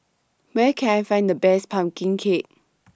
Where Can I Find The Best Pumpkin Cake